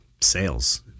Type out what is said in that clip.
sales